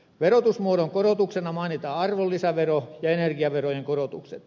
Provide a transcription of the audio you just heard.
verotusmuodon korotuksena mainitaan arvonlisäveron ja energiaverojen korotukset